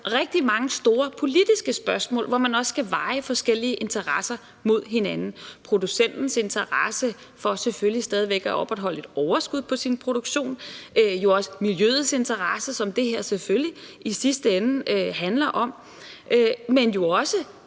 rigtig mange store politiske spørgsmål, hvor man også skal veje forskellige interesser mod hinanden. Det er producentens interesse for selvfølgelig stadig væk at opretholde et overskud på produktionen. Der er miljøets interesser, som det her selvfølgelig i sidste ende handler om. Men der